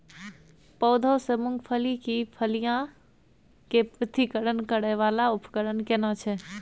पौधों से मूंगफली की फलियां के पृथक्करण करय वाला उपकरण केना छै?